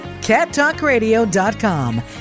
cattalkradio.com